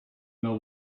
know